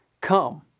Come